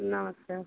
नमस्ते